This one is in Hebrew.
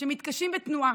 שמתקשים בתנועה.